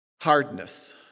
Hardness